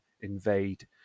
invade